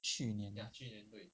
去年